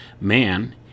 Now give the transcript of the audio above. man